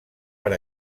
per